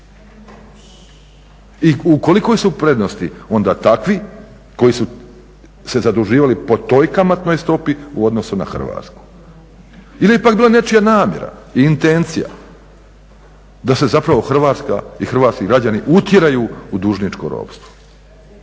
I u kolikoj su prednosti onda takvi koji su se zaduživali po toj kamatnoj stopi u odnosu na Hrvatsku? Ili je pak bila nečija namjera i intencija da se zapravo Hrvatska i hrvatski građani utjeraju u dužničko ropstvo.